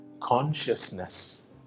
Consciousness